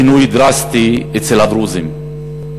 ולפיו חל שינוי דרסטי אצל הדרוזים,